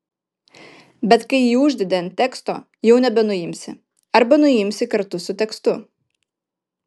bet kai jį uždedi ant teksto jau nebenuimsi arba nuimsi kartu su tekstu